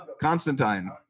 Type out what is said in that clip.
Constantine